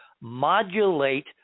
modulate